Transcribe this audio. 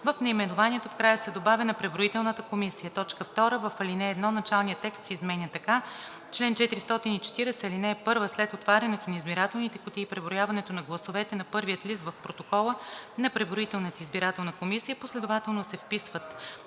В наименованието в края се добавя „на преброителната комисия“. 2. В ал. 1 началният текст се изменя така: „Чл. 440. (1) След отварянето на избирателните кутии и преброяването на гласовете на първия лист в протокола на преброителната избирателна комисия последователно се вписват:“